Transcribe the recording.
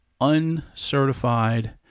uncertified